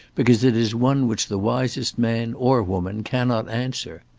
because it is one which the wisest man or woman cannot answer.